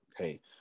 Okay